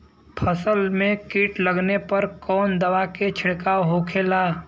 फसल में कीट लगने पर कौन दवा के छिड़काव होखेला?